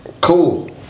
Cool